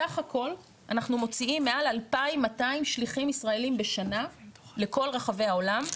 סך הכול אנחנו מוציאים מעל 2,200 שליחים ישראלים בשנה לכל רחבי העולם.